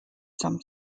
some